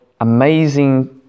amazing